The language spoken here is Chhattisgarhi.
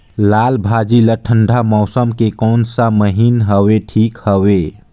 लालभाजी ला ठंडा मौसम के कोन सा महीन हवे ठीक हवे?